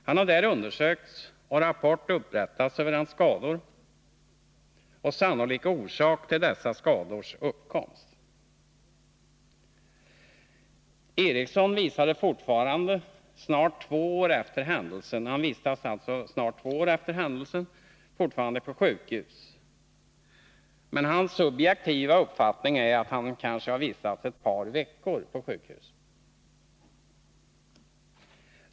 Han har där undersökts, och rapport har upprättats över hans skador och sannolik orsak till dessa skadors uppkomst. Eriksson vistas fortfarande, snart två år efter händelsen, på sjukhus, men hans subjektiva uppfattning är att han kanske vistats ett par veckor på sjukhus.